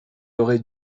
aurait